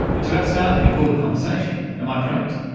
it's about starting a broader conversation, am i correct?